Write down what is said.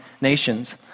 nations